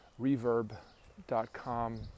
reverb.com